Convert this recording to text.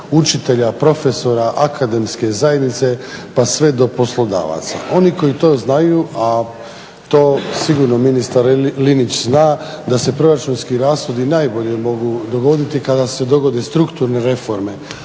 učitelja, profesora, akademske zajednice pa sve do poslodavaca. Oni koji to znaju, a to sigurno ministar Linić zna da se proračunski rashodi najbolje mogu dogoditi kada se dogode strukturne reforme.